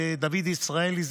דוד ישראלי,